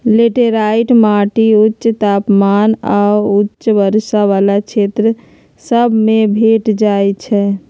laterite माटि उच्च तापमान आऽ उच्च वर्षा वला क्षेत्र सभ में भेंट जाइ छै